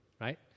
right